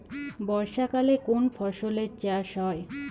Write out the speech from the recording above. বর্ষাকালে কোন ফসলের চাষ হয়?